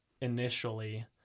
initially